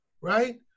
right